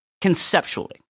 conceptually